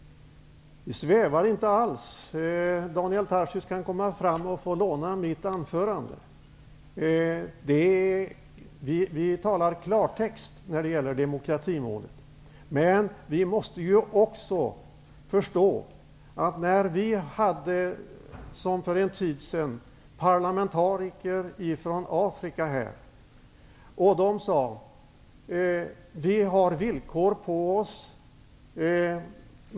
Vi svävar inte alls på målet. Daniel Tarschys kan få låna mitt anförande. Vi talar i klartext i fråga om demokratimålet. För en tid sedan var det parlamentariker från Afrika på besök i riksdagen. De sade att de har villkor på sig.